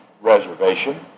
reservation